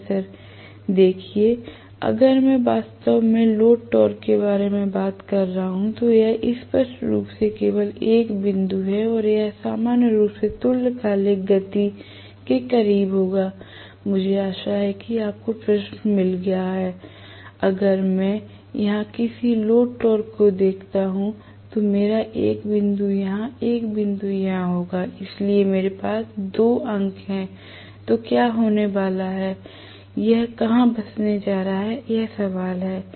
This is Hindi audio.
प्रोफेसर देखिए अगर मैं वास्तव में लोड टॉर्क के बारे में बात कर रहा हूं तो यह स्पष्ट रूप से केवल 1 बिंदु है और यह सामान्य रूप से तुल्यकालिक गति के करीब होगा मुझे आशा है कि आपको प्रश्न मिल गया है अगर मैं यहां किसी लोड टॉर्क को देखता हूं तो मेरा 1 बिंदु यहां 1 बिंदु यहां होगा इसलिए यदि मेरे पास 2 अंक हैं तो क्या होने वाला है यह कहां बसने जा रहा है यह सवाल है